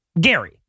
Gary